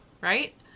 right